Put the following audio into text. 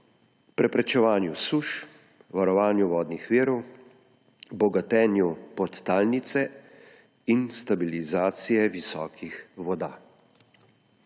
preprečevanju suš, varovanju vodnih virov, bogatenju podtalnice in stabilizaciji visokih voda.